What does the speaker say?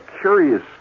curious